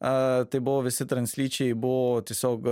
a tai buvo visi translyčiai buvo tiesiog